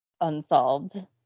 unsolved